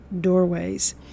doorways